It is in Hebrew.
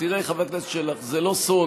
תראה, חבר הכנסת שלח, זה לא סוד,